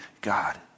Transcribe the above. God